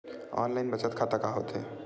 Online बचत खाता का होथे?